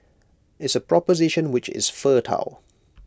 it's A proposition which is fertile